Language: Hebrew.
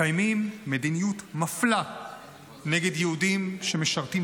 מקיימים מדיניות מפלה נגד יהודים שמשרתים